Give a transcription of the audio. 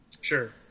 Sure